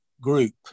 Group